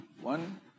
one